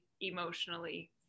emotionally